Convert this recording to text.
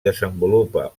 desenvolupa